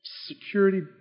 security